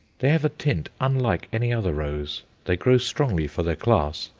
they have a tint unlike any other rose they grow strongly for their class,